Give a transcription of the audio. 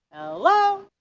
hello